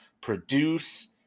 produce